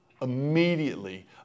Immediately